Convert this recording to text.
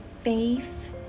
faith